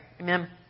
Amen